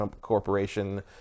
corporation